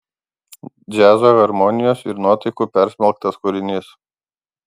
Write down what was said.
džiazo harmonijos ir nuotaikų persmelktas kūrinys